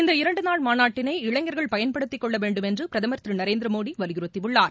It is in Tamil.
இந்த இரண்டு நாள் மாநாட்டினை இளைஞர்கள் பயன்படுத்திக் கொள்ள வேண்டுமென்று பிரதமர் திரு நரேந்திரமோடி வலியுறுத்தியுள்ளார்